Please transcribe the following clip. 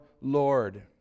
Lord